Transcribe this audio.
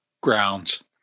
grounds